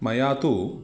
मया तु